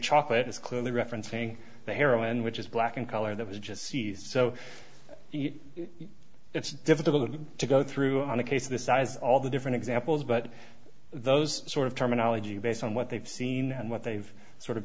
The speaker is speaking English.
chocolate is clearly referencing the heroin which is black in color that was just seized so it's difficult to go through on a case of this size all the different examples but those sort of terminology based on what they've seen and what they've sort of